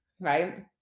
right